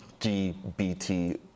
LGBT